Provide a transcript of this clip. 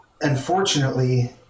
Unfortunately